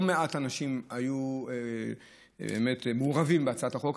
לא מעט אנשים היו מעורבים בהצעת החוק.